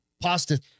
Pasta